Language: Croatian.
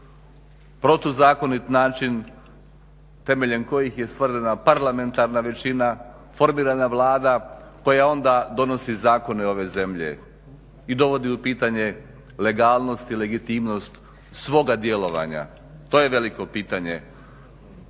protuzakonit način, temeljem kojih je stvorena parlamentarna većina, formirana Vlada koja onda donosi zakone ove zemlje i dovodi u pitanje legalnost i legitimnost svoga djelovanja? To je veliko pitanje